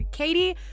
katie